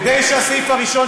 כדי שהסעיף הראשון,